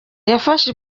yafashe